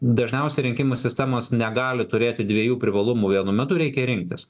dažniausiai rinkimų sistemos negali turėti dviejų privalumų vienu metu reikia rinktis